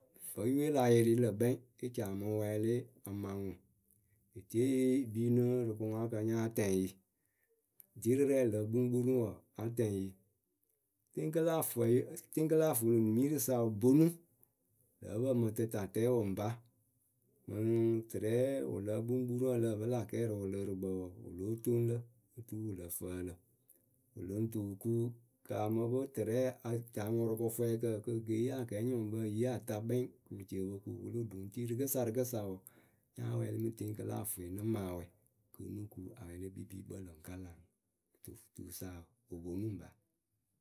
vǝ́ yɨwe la yɩrɩ lǝ̈ kpɛŋ e ci a mɨ wɛɛlɩ a maŋ ŋwʊ. Etieye yɨ kpii nɨ rɨ kɨŋwaakǝ nyáa tɛŋ yɩ Dierɨ rɛ lǝ kpuŋkpuruŋ wɔɔ, áa tɛŋ yǝ. Teŋkɨlaafʊɩ, teŋkɨlaaʊnimirɨ sa bonu Lǝ́ǝ pǝ mɨ tɨtatɛɛwǝ ŋpa Mɨŋ tɨrɛ wɨ lǝ kpuŋkpuruŋ ǝ lǝh pɨ lä kɛɛ rɨ wɨlɨɨrɨkpǝ wǝǝ wɨ lóo toŋ lǝ oturu wɨ lǝ fǝǝlɨ lǝ̈. Wɨ lɨŋ tɨ wɨ kuŋ kaa mɨ pɨ tɨrɛ a taa ŋʊrʊ kɨfwɛɛkǝ kɨ wɨ ke yee akɛɛnyɔŋpǝ eyi ata kpɛŋ kɨ pɨ ci o po kuŋ wɨlo ɖoŋtii rɨkɨsa rɨkɨsa wɔ. nyáa wɛɛlɩ teŋkɨlaafʊɩ nɨ maŋ awɛ kɨ nɨ kuŋ awɛ le kpɨkpiikpǝlǝŋwǝ kalaŋ, kɨto tuusa wɔɔ, wɨ ponu ŋpa.